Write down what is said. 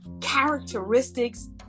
characteristics